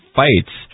fights